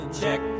Check